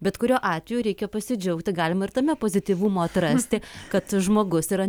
bet kuriuo atveju reikia pasidžiaugti galima ir tame pozityvumo atrasti kad žmogus yra